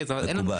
מקובל.